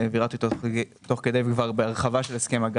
כך גם הרוכש לא ישלם את זה.